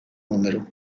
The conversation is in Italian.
numero